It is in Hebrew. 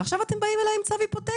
ועכשיו אתם באים אליי עם צו היפותטי.